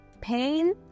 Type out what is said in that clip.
pain